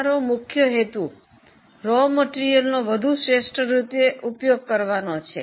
અમારું મુખ્ય હેતુ કાચા માલનો વધુ શ્રેષ્ઠ રીતે ઉપયોગ કરવાનો છે